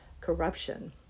corruption